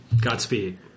Godspeed